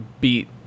beat